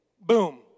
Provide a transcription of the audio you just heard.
boom